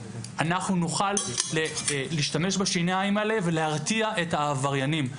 אנחנו נוכל להשתמש בשיניים האלה ולהרתיע את העבריינים.